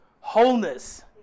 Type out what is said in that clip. wholeness